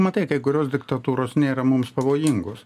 matai kai kurios diktatūros nėra mums pavojingos